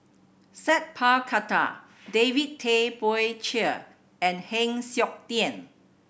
Sat Pal Khattar David Tay Poey Cher and Heng Siok Tian